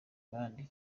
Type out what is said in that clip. abandi